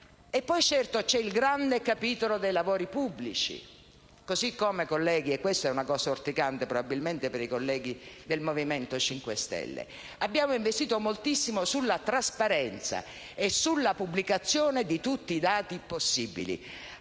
Poi, certo, c'è il grande capitolo dei lavori pubblici. Allo stesso modo, colleghi - e questa è una cosa urticante, probabilmente, per i colleghi del Movimento 5 Stelle - abbiamo investito moltissimo sulla trasparenza e sulla pubblicazione di tutti i dati possibili,